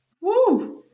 Woo